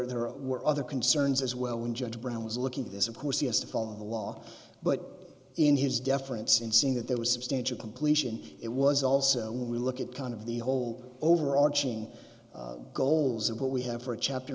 are there were other concerns as well when judge brown was looking at this of course he has to follow the law but in his deference in saying that there was substantial completion it was also when we look at kind of the whole overarching goals of what we have for a chapter